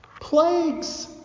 Plagues